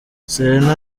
selena